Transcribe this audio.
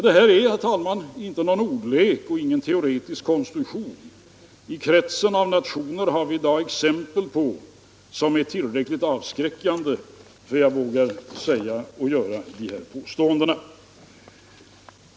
Detta är, herr talman, inte någon ordlek eller någon teoretisk konstruktion. I kretsen av nationer har vi i dag tillräckligt avskräckande exempel för att jag skall våga göra dessa påståenden.